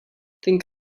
think